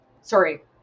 Sorry